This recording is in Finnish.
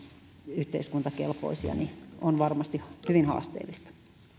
yhteiskuntakelpoisia on varmasti hyvin haasteellista